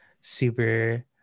super